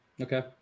okay